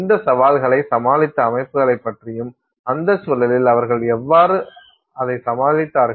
இந்த சவால்களை சமாளித்த அமைப்புகளைப் பற்றியும் அந்த சூழலில் அவர்கள் அதை எவ்வாறு சமாளித்தார்கள்